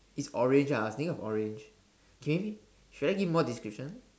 it's orange ah I was thinking of orange okay maybe should I give more description